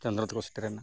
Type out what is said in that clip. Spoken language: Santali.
ᱪᱚᱱᱫᱨᱚ ᱛᱮᱠᱚ ᱥᱮᱴᱮᱨᱮᱱᱟ